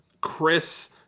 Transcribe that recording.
Chris